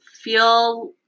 feel